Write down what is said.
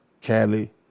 Cali